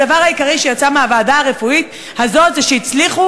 הדבר העיקרי שיצא מהוועדה הרפואית הזאת הוא שהצליחו